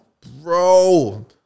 Bro